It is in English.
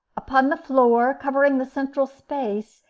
upon the floor, covering the central space,